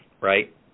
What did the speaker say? right